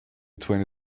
twenty